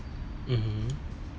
mmhmm